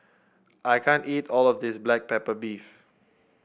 I can't eat all of this Black Pepper Beef